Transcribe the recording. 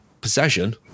Possession